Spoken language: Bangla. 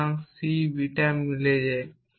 সুতরাং সি বিটা মিলে যায়